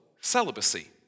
celibacy